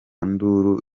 nduru